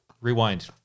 rewind